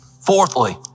Fourthly